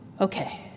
okay